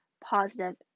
positive